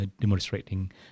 demonstrating